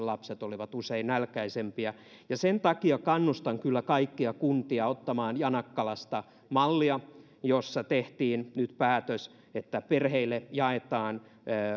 lapset olivat usein nälkäisempiä sen takia kannustan kyllä kaikkia kuntia ottamaan mallia janakkalasta missä tehtiin nyt päätös että perheille jaetaan